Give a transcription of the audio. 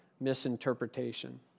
misinterpretation